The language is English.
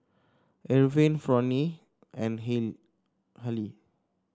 Irvine Fronnie and Hali